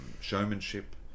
Showmanship